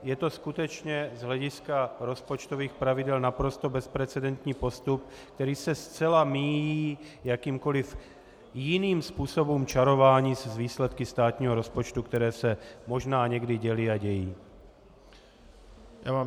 Je to skutečně z hlediska rozpočtových pravidel naprosto bezprecedentní postup, který se zcela míjí jakýmkoli jiným způsobem čarování s výsledky státního rozpočtu, které se možná někdy děly a dějí.